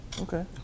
Okay